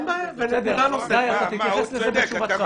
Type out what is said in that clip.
גיא, אתה תתייחס לזה בתשובתך.